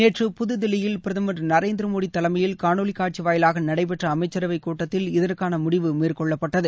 நேற்று புதுதில்லியில் பிரதமர் நரேந்திரமோடி தலைமையில் காணொலிக் காட்சி வாயிலாக நடைபெற்ற அமைச்சரவைக் கூட்டத்தில் இதற்கான முடிவு மேற்கொள்ளப்பட்டது